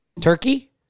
Turkey